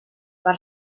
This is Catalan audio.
per